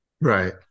Right